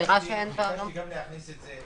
גם להכניס את זה,